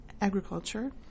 agriculture